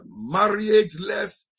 marriageless